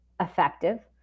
effective